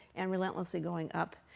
and relentlessly going up.